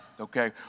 Okay